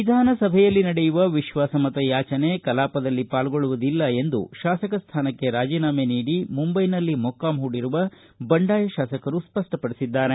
ವಿಧಾನಸಭೆಯಲ್ಲಿ ನಡೆಯುವ ವಿಶ್ವಾಸ ಮತ ಯಾಚನೆ ಕಲಾಪದಲ್ಲಿ ಪಾಲ್ಗೊಳ್ಳುವುದಿಲ್ಲ ಎಂದು ಶಾಸಕ ಸ್ಥಾನಕ್ಕೆ ರಾಜೀನಾಮೆ ನೀಡಿ ಮುಂಬೈನಲ್ಲಿ ಮೊಕ್ಕಾಂ ಹೂಡಿರುವ ಬಂಡಾಯ ಶಾಸಕರು ಸ್ಪಷ್ಟಪಡಿಸಿದ್ದಾರೆ